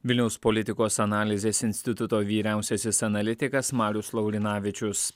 vilniaus politikos analizės instituto vyriausiasis analitikas marius laurinavičius